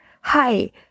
hi